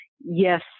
yes